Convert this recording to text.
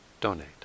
donate